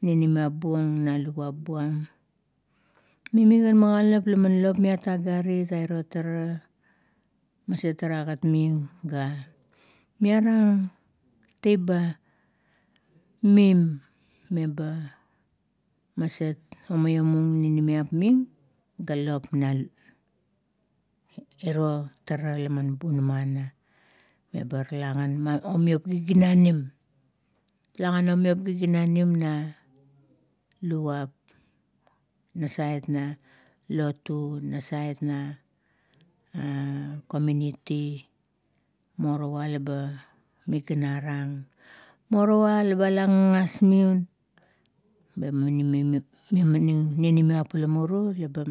Ninimiap buong na luvuap buam. Mimi lon magaulap laman loplop miat agarit maset tara agat ming ga miara teap ba, mim meba maset omiomung munamap ga lop na iro tara laman bunama ana. Eba ralagan omiop giginanim, tale gan omiop giginanim na luguap, nasaet na lotu, nasaet na a komiuniti, morowa leba oginarang, morowa leba alang gagas miun. Tema maning it le mimaning ninimiap la muru. Leba